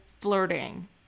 flirting